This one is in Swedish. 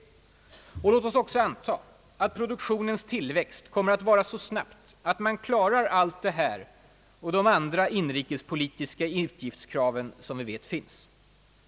Låt oss också anta att produktionens tillväxt kommer att vara så snabb att man klarar allt detta och de andra inrikespolitiska utgiftskrav som vi vet finns.